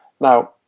Now